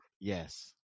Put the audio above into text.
Yes